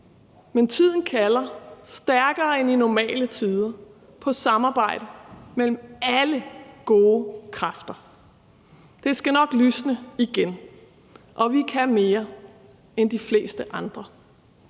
Men tiden kalder stærkere end i normale tider på samarbejde mellem alle gode kræfter. Det skal nok lysne igen – og vi kan mere end de fleste andre.